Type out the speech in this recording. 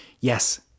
Yes